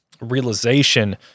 realization